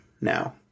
now